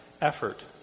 effort